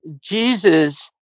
Jesus